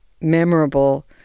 memorable